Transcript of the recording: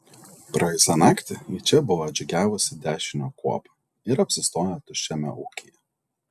praėjusią naktį į čia buvo atžygiavusi dešinio kuopa ir apsistojo tuščiame ūkyje